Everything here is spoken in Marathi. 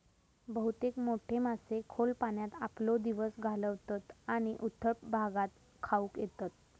बहुतेक मोठे मासे खोल पाण्यात आपलो दिवस घालवतत आणि उथळ भागात खाऊक येतत